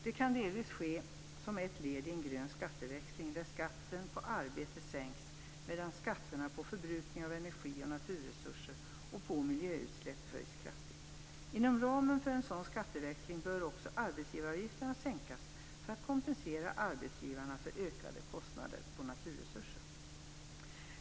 Det kan delvis ske som ett led i en grön skatteväxling, där skatten på arbete sänks, medan skatterna på förbrukning av energi och naturresurser och på miljöutsläpp höjs kraftigt. Inom ramen för en sådan skatteväxling bör också arbetsgivaravgifterna sänkas för att kompensera arbetsgivarna för ökade kostnader på naturresurser.